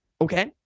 Okay